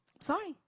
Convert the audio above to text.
sorry